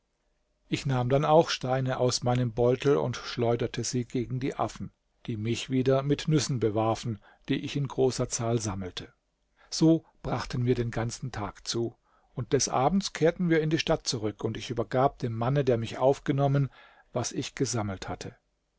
ich nahm dann auch steine aus meinem beutel und schleuderte sie gegen die affen die mich wieder mit nüssen bewarfen die ich in großer zahl sammelte so brachten wir den ganzen tag zu und des abends kehrten wir in die stadt zurück und ich übergab dem manne der mich aufgenommen was ich gesammelt hatte